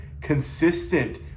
consistent